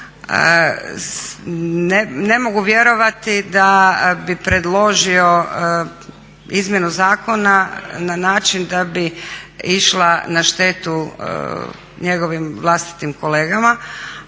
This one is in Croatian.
Ne mogu vjerovati da bi predložio izmjenu zakona na način da bi išla na štetu njegovim vlastitim kolegama,